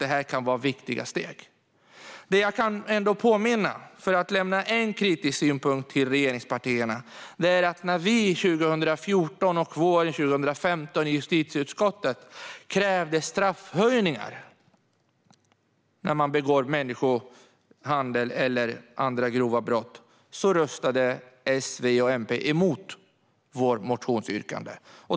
Det är därför som vi inte har några reservationer. För att lämna en kritisk synpunkt till regeringspartierna kan jag ändå påminna om att när vi 2014 och våren 2015 i justitieutskottet krävde straffhöjningar för dem som har gjort sig skyldiga till människohandel eller andra grova brott röstade S, V och MP emot vårt motionsyrkande.